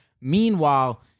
Meanwhile